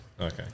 Okay